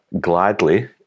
gladly